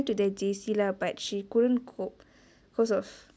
to that J_C lah but she couldn't cope because of